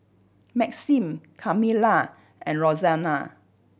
Maxim Kamilah and Roxanna